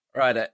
right